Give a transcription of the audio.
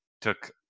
took